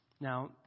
Now